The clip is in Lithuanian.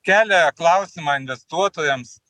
kelia klausimą investuotojams